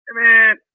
Man